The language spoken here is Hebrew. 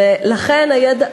ולכן הידע.